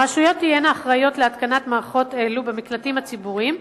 הרשויות תהיינה אחראיות להתקנת מערכות אלו במקלטים הציבוריים,